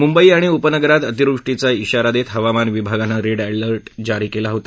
मुंबई आणि उपनगरात अतिवृष्टीचा धिगारा देत हवामान विभागानं रेड एलर्ट जारी केला होता